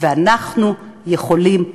ואנחנו יכולים לעשות,